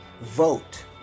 Vote